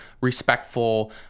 respectful